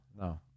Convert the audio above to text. no